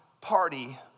party